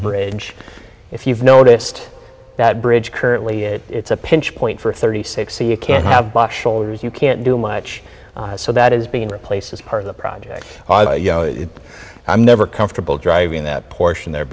bridge if you've noticed that bridge currently it's a pinch point for thirty six so you can't have shoulders you can't do much so that is being replaced as part of the project i'm never comfortable driving that portion there